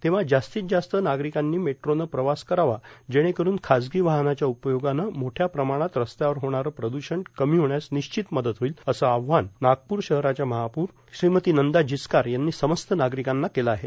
तेव्हा ज्यास्तीत ज्यास्त नार्गारकांनी मेट्रोने प्रवास करावा जेणेकरून खाजगी वाहनाच्या उपयोगाने मोठ्या प्रमाणात रस्त्यावर होणारे प्रदूषण कमी करण्यास निश्तिच मदत होईल असे आव्हान नागपूर शहराच्या महापौर श्रीमती नंदा जिचकार यांनी समस्त नार्गारकांना केले आहे